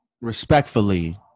Respectfully